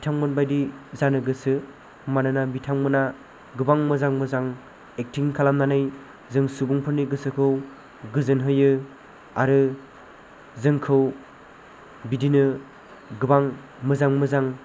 बिथांमोनबायदि जानो गोसो मानोना बिथांमोना गोबां मोजां मोजां एक्टिं खालामनानै जों सुबुंफोरनि गोसोखौ गोजोन होयो आरो जोंखौ बिदिनो गोबां मोजां मोजां